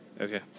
Okay